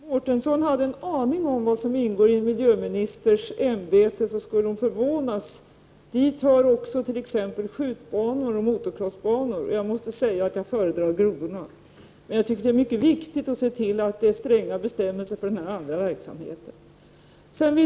Herr talman! Om Ingela Mårtensson hade en aning om vad som ingår i en miljöministers ämbetsområde skulle hon förvånas. Dit hör också t.ex. skjutbanor och motocrossbanor. Jag måste säga att jag föredrar grodorna, men jag tycker att det är mycket viktigt att se till att det finns stränga bestämmelser för den här andra verksamheten.